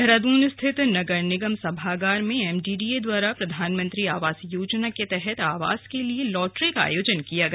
देहरादून स्थित नगर निगम सभागार में एमडीडीए द्वारा प्रधानमंत्री आवास योजना के तहत आवास के लिए लॉटरी का आयोजन किया गया